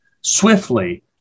swiftly